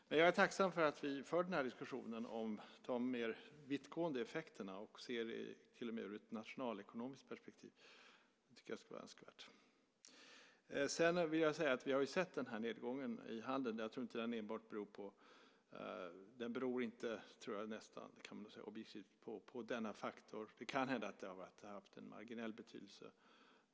Men jag är tacksam för att vi för den här diskussionen om de mer vittgående effekterna och till och med ser det ur ett nationalekonomiskt perspektiv. Det tycker jag är önskvärt. Sedan vill jag säga att vi har sett den här nedgången i handeln. Jag tror inte att den beror på denna faktor. Det kan hända att det här har haft en marginell betydelse.